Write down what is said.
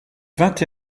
vingt